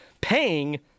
paying